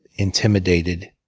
intimidated